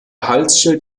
halsschild